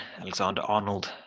Alexander-Arnold